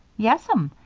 yes'm,